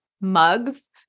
mugs